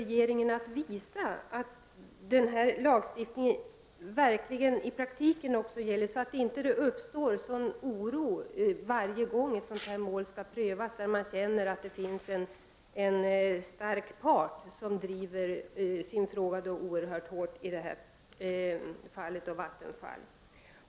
Regeringen måste också visa att denna lagstiftning verkligen gäller i praktiken, så att det inte uppstår en oro varje gång det kommer upp ett sådant här ärende där man känner att en stark part, i det här fallet Vattenfall, driver sin linje oerhört hårt.